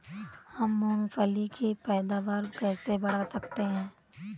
हम मूंगफली की पैदावार कैसे बढ़ा सकते हैं?